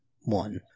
one